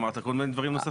אמרת כל מיני דבירם נוספים.